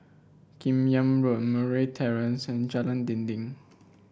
Kim Yam Road Murray Terrace and Jalan Dinding